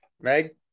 Meg